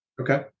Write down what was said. Okay